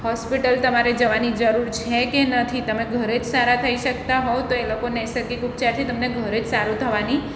hospital તમારે જવાની જરૂર છે કે નથી તમે ઘરે જ સારા થઈ શકતા હોવ તો એ લોકો નૈસર્ગિક ઉપચારથી તમને ઘરે જ સારું થવાની